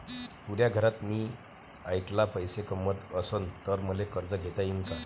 पुऱ्या घरात मी ऐकला पैसे कमवत असन तर मले कर्ज घेता येईन का?